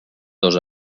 dos